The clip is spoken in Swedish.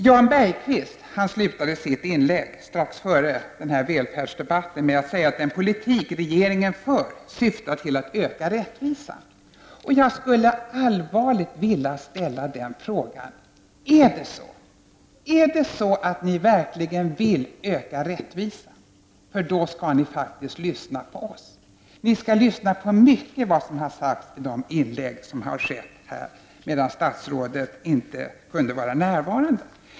Jan Bergqvist slutade sitt inlägg strax före den här välfärdsdebatten med att säga att den politik regeringen för syftar till att öka rättvisan. Jag skulle allvarligt vilja uppmana er: Är det så att ni verkligen vill öka rättvisan, då skall ni faktiskt lyssna på oss! Ni skall lyssna på mycket av det som har sagts i de inlägg som gjorts medan statsrådet inte kunde vara närvarande.